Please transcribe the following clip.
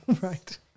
right